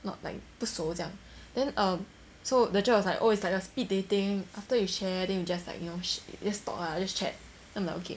not like 不熟将 then err so the cher was like oh this is like your speed dating after you share then you just like you know just talk lah just chat then I'm like okay